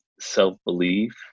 self-belief